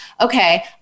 okay